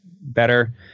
better